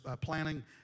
planning